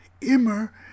immer